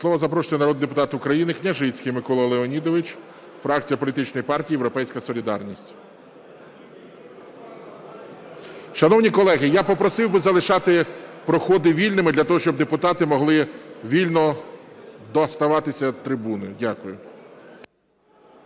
слова запрошується народний депутат України Княжицький Микола Леонідович, фракція політичної партії "Європейська солідарність". Шановні колеги, я попросив би залишати проходи вільними для того, щоб депутати могли вільно діставатися трибуни. Дякую.